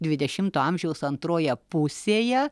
dvidešimto amžiaus antroje pusėje